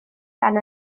dan